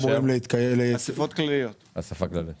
האישור הנדרש הוא של האספות הכלליות של